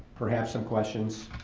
perhaps some questions,